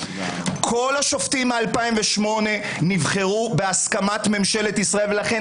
כל השופטים מ-2008 נבחרו בהסכמת ממשלת ישראל ולכן